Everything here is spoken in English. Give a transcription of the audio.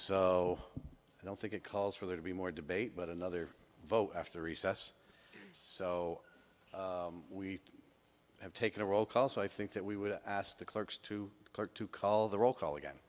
so i don't think it calls for there to be more debate but another vote after recess so we have taken a roll call so i think that we would ask the clerks to clerk to call the roll call again